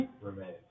remains